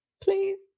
please